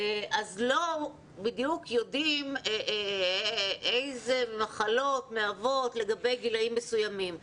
אז לא בדיוק יודעים איזה מחלות מהוות לגבי גילאים מסוימים,